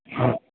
हा